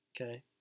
Okay